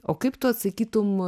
o kaip tu atsakytum